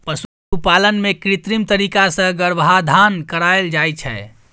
पशुपालन मे कृत्रिम तरीका सँ गर्भाधान कराएल जाइ छै